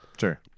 Sure